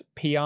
pr